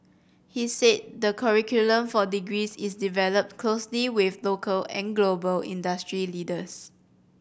he said the curriculum for degrees is developed closely with local and global industry leaders